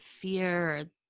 fear